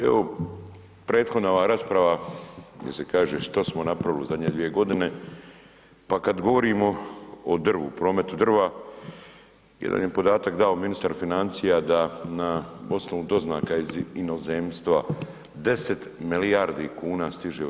Evo, prethodna ova rasprava gdje se kaže što smo napravili u zadnje dvije godine, pa kad govorimo o drvu, prometu drva, jedan je podatak dao ministar financija da na osnovu doznaka iz inozemstva 10 milijardi kuna stiže u RH.